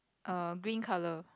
err green color